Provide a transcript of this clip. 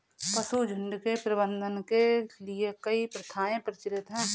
पशुझुण्ड के प्रबंधन के लिए कई प्रथाएं प्रचलित हैं